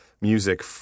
music